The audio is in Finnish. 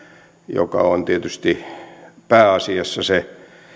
joka on tietysti pääasiassa se